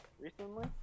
recently